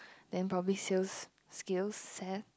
then probably sales skill set